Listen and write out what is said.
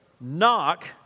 Knock